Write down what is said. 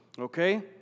okay